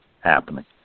happening